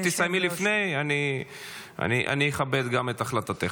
אם תסיימי לפני, אני אכבד את החלטתך.